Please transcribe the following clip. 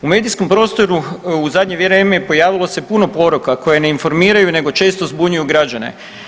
U medijskom prostoru u zadnje vrijeme pojavilo se puno poruka koje ne informiraju nego često zbunjuju građane.